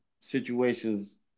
situations